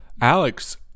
Alex